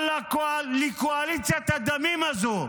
אבל את קואליציית הדמים הזו,